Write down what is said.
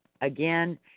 again